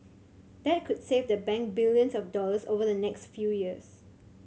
that could save the bank billions of dollars over the next few years